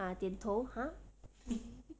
ah 点头 !huh!